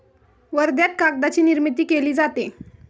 वर्ध्यात कागदाची निर्मिती केली जाते